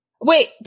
Wait